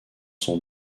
son